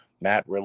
Matt